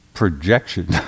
projection